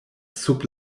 sub